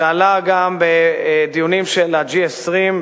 שעלה גם בדיונים של ה-G20,